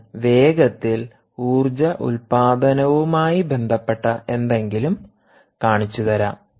ഞാൻ വേഗത്തിൽ ഊർജ്ജ ഉൽപാദനവുമായി ബന്ധപ്പെട്ട എന്തെങ്കിലും കാണിച്ചുതരാം